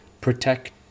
protect